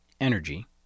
energy